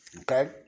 Okay